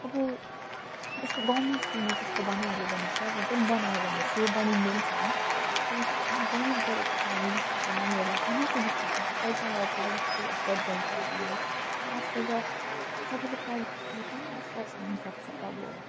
अब त्यसको गभर्मेन्ट स्कुलमा त्यस्तो बनाइहाल्यो भने चाहिँ अब हुन्छ नि बनायो भने चाहिँ बनिँदै पनि छ वेस अब गरिब गरिबको फेमिलीजहरूको नानीहरूलाई पनि सुबिस्ता हुन्छ कतिजना अब प्राइभेट स्कुल अफोर्ड गर्नु सक्दैन अब आजकल त सबैले प्राइभेट स्कुल कहाँ अफोर्ड गर्नु सक्छ त अब